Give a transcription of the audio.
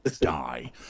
die